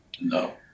No